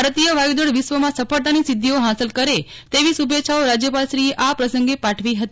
ભારતીય વાયુદળ વિશ્વમાં સફળતાની સિદ્ધિઓ હાંસલ કરે તેવી શુભેચ્છાઓ રાજ્યપાલશ્રીએ આ પ્રસંગે પાઠવી હતી